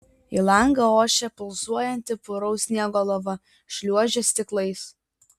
į langą ošė pulsuojanti puraus sniego lava šliuožė stiklais